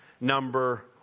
number